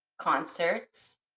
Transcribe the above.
concerts